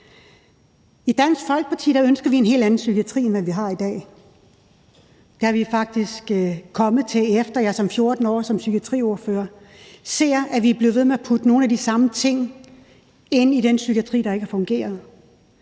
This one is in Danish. I Dansk Folkeparti ønsker vi en helt anden psykiatri end den, vi har i dag. Det er vi faktisk kommet frem til, efter at jeg i 14 år som psykiatriordfører ser, at vi bliver ved med at putte nogle af de samme ting ind i den psykiatri, der ikke har fungeret.